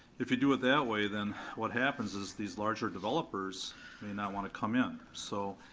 if you do it that way then what happens is these larger developers may not wanna come in. so